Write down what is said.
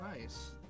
Nice